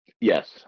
Yes